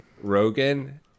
rogan